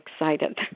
excited